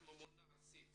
את ממונה ארצית